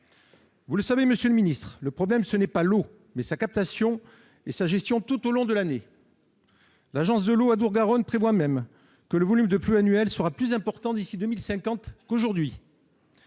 En effet, monsieur le ministre, le problème n'est pas tant l'eau que sa captation et sa gestion tout au long de l'année. L'agence de l'eau Adour-Garonne prévoit même que le volume de pluie annuel sera plus important d'ici à 2050 qu'il